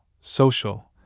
social